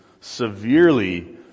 severely